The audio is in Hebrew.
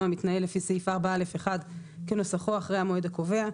המתנהל לפי סעיף 4א1 כנוסחו אחרי המועד הקובע,